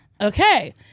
Okay